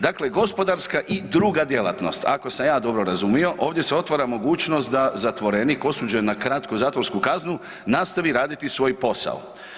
Dakle, gospodarska i druga djelatnost, ako sam ja dobro razumio, ovdje se otvara mogućnost da zatvorenik osuđen na kratku zatvorsku kaznu nastavi raditi svoj posao.